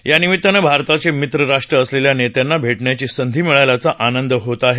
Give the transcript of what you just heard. यानिमित्तानं भारताचे मित्रराष्ट्र असलेल्या नेत्यांना भेटण्याची संधी मिळाल्याचा आनंद होत आहे